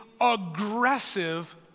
aggressive